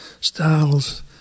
styles